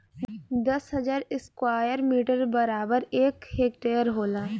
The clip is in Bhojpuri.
दस हजार स्क्वायर मीटर बराबर एक हेक्टेयर होला